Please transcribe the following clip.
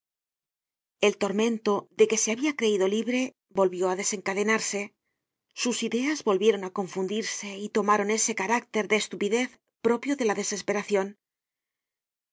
el tormento de que se habia creido libre volvió á desencadenarse sus ideas volvieron á confundirse y tomaron ese carácter de estupidez propio de la desesperacion